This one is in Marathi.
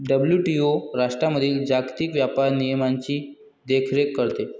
डब्ल्यू.टी.ओ राष्ट्रांमधील जागतिक व्यापार नियमांची देखरेख करते